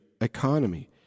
economy